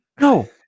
No